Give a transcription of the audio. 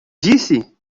disse